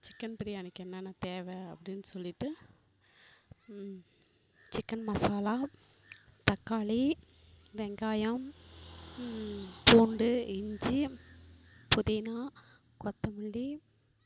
chicken பிரியாணிக்கு என்னென்ன தேவை அப்படின்னு சொல்லிட்டு சிக்கென் மசாலா தக்காளி வெங்காயம் பூண்டு இஞ்சி புதினா கொத்தமல்லி